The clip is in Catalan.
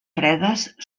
fredes